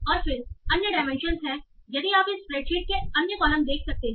और फिर अन्य डायमेंशन हैं यदि आप इस स्प्रेडशीट के अन्य कॉलम देख सकते हैं